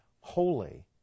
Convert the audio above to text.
holy